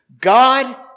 God